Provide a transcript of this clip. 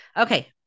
Okay